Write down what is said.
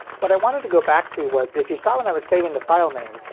what i wanted to go back to was, if you saw when i was saving the file name,